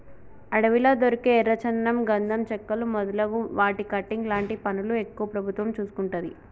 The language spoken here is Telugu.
అడవిలా దొరికే ఎర్ర చందనం గంధం చెక్కలు మొదలు వాటి కటింగ్ లాంటి పనులు ఎక్కువ ప్రభుత్వం చూసుకుంటది